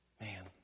Man